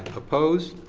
opposed?